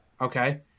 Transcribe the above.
Okay